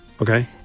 Okay